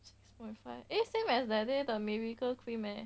six point five eh same as that day the miracle cream leh